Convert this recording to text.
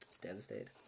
devastated